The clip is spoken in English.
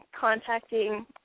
contacting